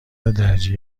درجه